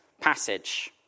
passage